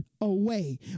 away